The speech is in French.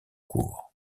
cour